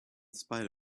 spite